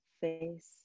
face